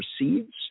receives